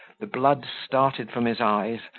the blood started from his eyes,